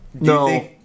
No